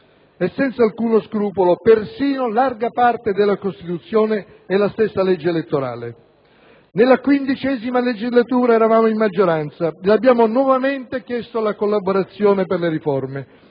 e senza alcuno scrupolo persino larga parte della Costituzione e la stessa legge elettorale. Nella XV legislatura eravamo in maggioranza e abbiamo nuovamente chiesto la collaborazione per le riforme;